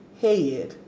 Head